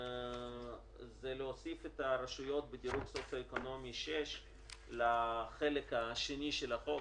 זה להוסיף את הרשויות בדירוג סוציו-אקונומי 6 לחלק השני של החוק,